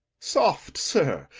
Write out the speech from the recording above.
soft, sir!